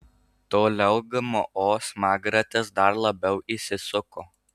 toliau gmo smagratis dar labiau įsisuko